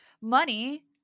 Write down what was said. money